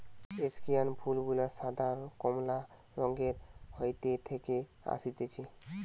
স্কেয়ান ফুল গুলা সাদা, কমলা রঙের হাইতি থেকে অসতিছে